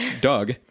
Doug